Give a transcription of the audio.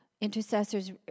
intercessors